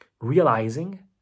realizing